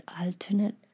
alternate